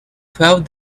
twelve